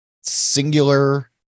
singular